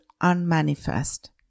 unmanifest